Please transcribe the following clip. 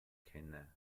kenne